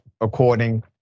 according